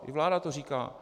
I vláda to říkala.